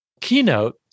keynote